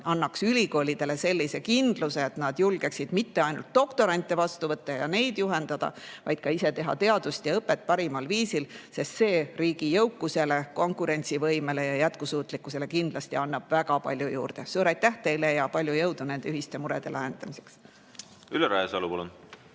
annaks ülikoolidele sellise kindluse, et nad julgeksid mitte ainult doktorante vastu võtta ja neid juhendada, vaid ka ise teha teadust ja õpetada parimal viisil. See annab riigi jõukusele, konkurentsivõimele ja jätkusuutlikkusele kindlasti väga palju juurde. Suur aitäh teile ja palju jõudu nende ühiste murede lahendamiseks! Ülle Rajasalu, palun!